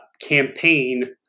campaign